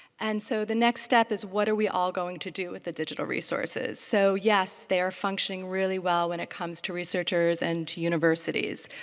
and so the next step is what are we all going to do with the digital resources? so yes, they are functioning really well when it comes to researchers and to universities.